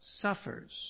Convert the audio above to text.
suffers